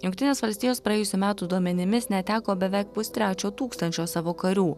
jungtinės valstijos praėjusių metų duomenimis neteko beveik pustrečio tūkstančio savo karių